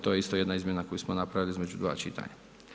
To je isto jedna izmjena koju smo napravili između dva čitanja.